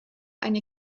eine